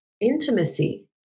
intimacy